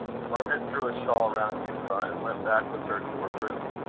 margaret threw a shawl round euphra, and went back with her to her room.